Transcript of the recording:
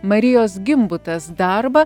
marijos gimbutas darbą